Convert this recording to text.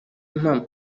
impamo